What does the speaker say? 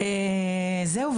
זהו,